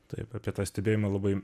taip apie tą stebėjimą labai